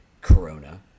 Corona